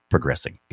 Progressing